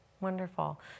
wonderful